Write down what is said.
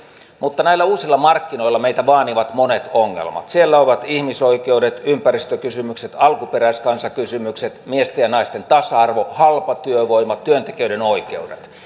mutta näillä uusilla markkinoilla meitä vaanivat monet ongelmat siellä ovat ihmisoikeudet ympäristökysymykset alkuperäiskansakysymykset miesten ja naisten tasa arvo halpatyövoima työntekijöiden oikeudet